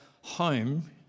home